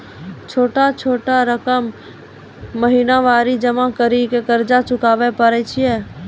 छोटा छोटा रकम महीनवारी जमा करि के कर्जा चुकाबै परए छियै?